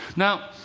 now,